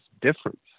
difference